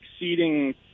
exceeding